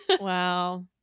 wow